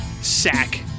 sack